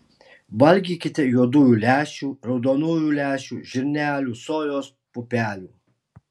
valgykite juodųjų lęšių raudonųjų lęšių žirnelių sojos pupelių